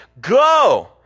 go